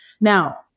Now